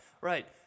right